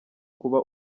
kuba